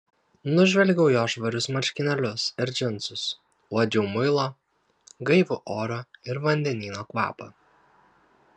nužvelgiau jo švarius marškinėlius ir džinsus uodžiau muilo gaivų oro ir vandenyno kvapą